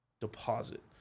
deposit